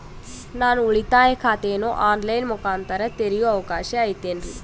ನಾನು ಉಳಿತಾಯ ಖಾತೆಯನ್ನು ಆನ್ ಲೈನ್ ಮುಖಾಂತರ ತೆರಿಯೋ ಅವಕಾಶ ಐತೇನ್ರಿ?